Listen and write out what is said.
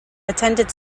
attended